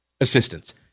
assistance